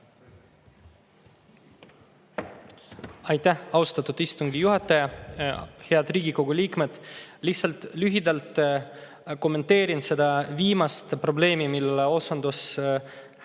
Aitäh, austatud istungi juhataja! Head Riigikogu liikmed! Lühidalt kommenteerin seda viimast probleemi, millele osundas härra